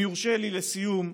אם יורשה לי לסיום,